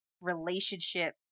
relationship